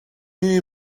you